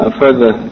further